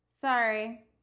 Sorry